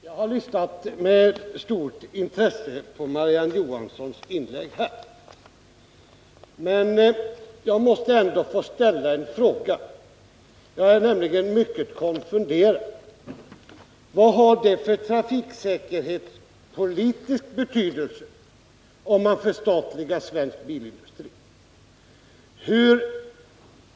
Herr talman! Jag har lyssnat med stort intresse på Marie-Ann Johanssons inlägg här. Men jag måste få ställa en fråga. Jag är nämligen mycket konfunderad. Vad har det för trafiksäkerhetspolitisk betydelse om man förstatligar svensk bilindustri?